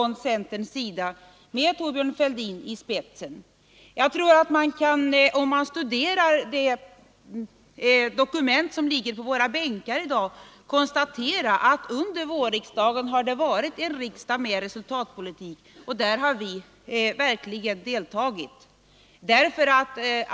Den som studerar de dokument som i dag ligger på våra bänkar kan konstatera att vårriksdagen har varit en riksdag med resultatpolitik, och till detta har vi bidragit.